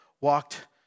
walked